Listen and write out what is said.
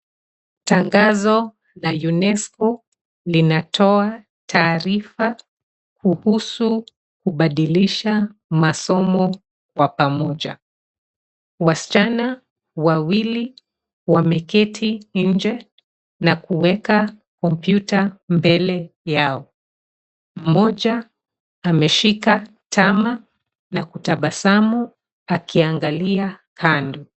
Tangazo la unesco linatoa taarifa kuhusu kubadilisha masomo kwa pamoja. Wasichana wawili wameketi nje na kuweka kompyuta mbele yao. Mmoja ameshika tama na kutabasamu akiangalia kando.